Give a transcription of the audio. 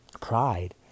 pride